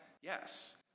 yes